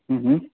ह्म् ह्म्